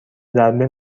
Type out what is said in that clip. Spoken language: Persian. ضربه